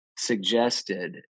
suggested